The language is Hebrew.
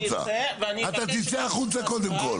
אני אצא ואני מבקש ממך --- אתה תצא החוצה קודם כל.